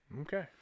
Okay